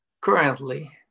currently